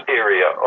area